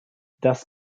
das